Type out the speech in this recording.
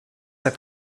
att